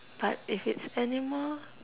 but if its animal